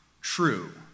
true